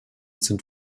sind